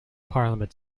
parliament